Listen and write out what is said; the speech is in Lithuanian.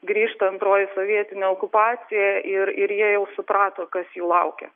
grįžta antroji sovietinė okupacija ir ir jie jau suprato kas jų laukia